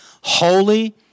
Holy